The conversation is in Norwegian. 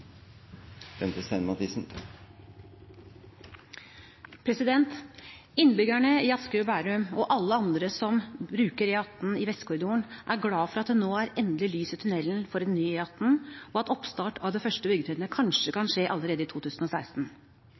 som er tjent med. Innbyggerne i Asker og Bærum og alle andre som bruker E18 Vestkorridoren, er glad for at det nå endelig er lys i tunellen for ny E18, og at oppstart av det første byggetrinnet kanskje kan skje allerede i 2016.